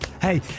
Hey